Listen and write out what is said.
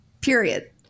Period